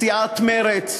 סיעת מרצ,